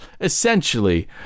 essentially